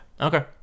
Okay